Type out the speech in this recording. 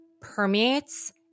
permeates